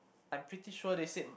I'm pretty sure they said